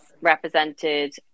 represented